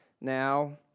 now